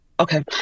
Okay